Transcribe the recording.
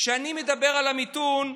כשאני מדבר על המיתון,